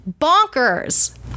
bonkers